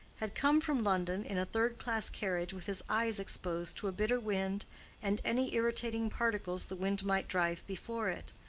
had come from london in a third-class carriage with his eyes exposed to a bitter wind and any irritating particles the wind might drive before it.